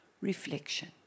reflection